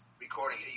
recording